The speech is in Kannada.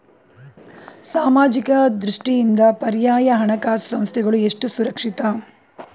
ಸಾಮಾಜಿಕ ದೃಷ್ಟಿಯಿಂದ ಪರ್ಯಾಯ ಹಣಕಾಸು ಸಂಸ್ಥೆಗಳು ಎಷ್ಟು ಸುರಕ್ಷಿತ?